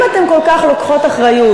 אם אתן כל כך לוקחות אחריות,